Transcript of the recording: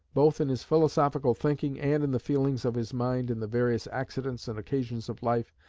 both in his philosophical thinking, and in the feelings of his mind in the various accidents and occasions of life,